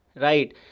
right